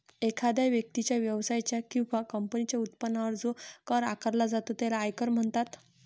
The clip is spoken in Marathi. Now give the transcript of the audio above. एखाद्या व्यक्तीच्या, व्यवसायाच्या किंवा कंपनीच्या उत्पन्नावर जो कर आकारला जातो त्याला आयकर म्हणतात